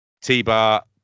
T-Bar